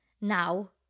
now